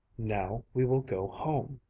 now we will go home,